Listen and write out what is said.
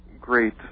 great